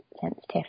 sensitive